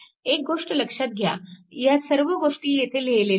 एक गोष्ट लक्षात घ्या ह्या सर्व गोष्टी येथे लिहिलेल्या आहेत